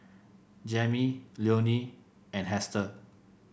Jammie Leonie and Hester